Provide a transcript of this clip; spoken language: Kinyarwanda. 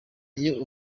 iyo